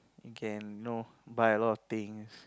you can you know buy a lot of things